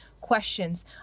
questions